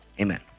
amen